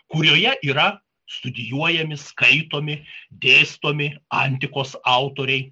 kurioje yra studijuojami skaitomi dėstomi antikos autoriai